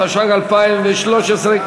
התשע"ג 2013,